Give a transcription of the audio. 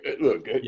Look